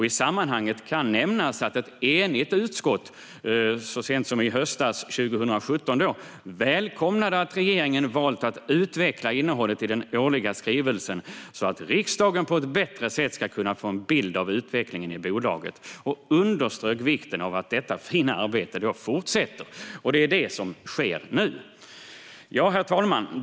I sammanhanget kan nämnas att ett enigt utskott så sent som hösten 2017 välkomnade att regeringen valt att utveckla innehållet i den årliga skrivelsen så att riksdagen på ett bättre sätt ska kunna få en bild av utvecklingen i bolagen och underströk vikten av att detta fina arbete fortsätter. Det är det som sker nu. Herr talman!